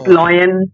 lion